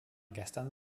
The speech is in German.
gestern